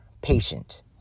patient